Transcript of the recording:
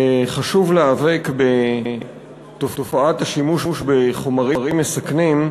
תודה, חשוב להיאבק בתופעת השימוש בחומרים מסכנים,